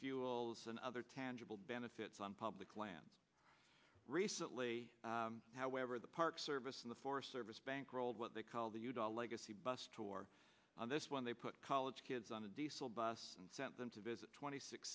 fuels and other tangible benefits on public land recently however the park service in the forest service bankrolled what they call the utah legacy bus tour on this one they put college kids on a diesel bus and sent them to visit twenty six